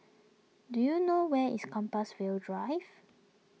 do you know where is Compassvale Drive